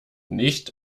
nicht